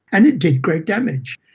and it did great damage.